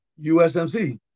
USMC